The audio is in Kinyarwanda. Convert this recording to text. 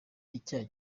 icyaha